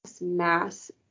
mass